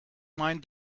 mind